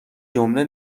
جمله